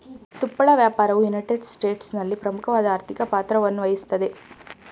ತುಪ್ಪಳ ವ್ಯಾಪಾರವು ಯುನೈಟೆಡ್ ಸ್ಟೇಟ್ಸ್ನಲ್ಲಿ ಪ್ರಮುಖವಾದ ಆರ್ಥಿಕ ಪಾತ್ರವನ್ನುವಹಿಸ್ತದೆ